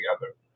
together